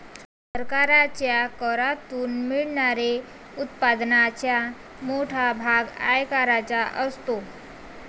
सरकारच्या करातून मिळणाऱ्या उत्पन्नाचा मोठा भाग आयकराचा असतो